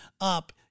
up